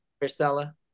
Marcella